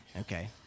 okay